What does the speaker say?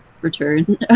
return